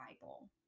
Bible